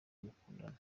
mukundana